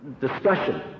discussion